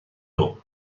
nhw